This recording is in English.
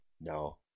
no